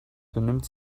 benimmt